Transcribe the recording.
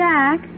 Jack